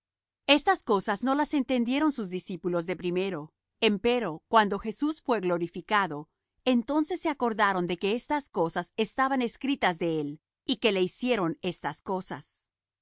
estas cosas no las entendieron sus discípulos de primero empero cuando jesús fué glorificado entonces se acordaron de que estas cosas estaban escritas de él y que le hicieron estas cosas